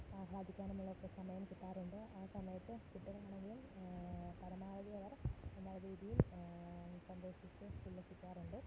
ആഹ്ളാദിക്കാനുമുള്ളൊക്കെ സമയം കിട്ടാറുണ്ട് ആ സമയത്തു കുട്ടികളാണെങ്കിൽ പരമാവധി അവർ നല്ല രീതിയിൽ സന്തോഷിച്ച് ഉല്ലസിക്കാറുണ്ട്